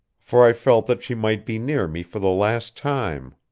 for i felt that she might be near me for the last time.